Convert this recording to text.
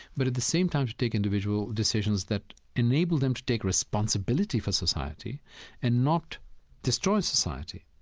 but at the same time to take individual decisions that enable them to take responsibility for society and not destroy society?